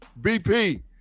BP